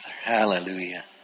Hallelujah